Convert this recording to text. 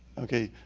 okay,